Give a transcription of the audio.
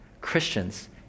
christians